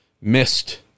missed